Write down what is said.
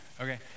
Okay